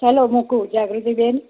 ચાલો મૂકું જાગૃતિબેન